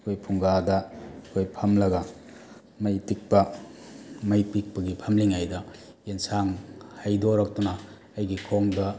ꯑꯩꯈꯣꯏ ꯐꯨꯡꯒꯥꯗ ꯑꯩꯈꯣꯏ ꯐꯝꯂꯒ ꯃꯩ ꯇꯤꯛꯄ ꯃꯩ ꯇꯤꯛꯄꯒꯤ ꯐꯝꯂꯤꯉꯩꯗ ꯏꯟꯁꯥꯡ ꯍꯩꯗꯣꯔꯛꯇꯨꯅ ꯑꯩꯒꯤ ꯈꯣꯡꯗ